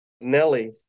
nelly